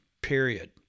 Period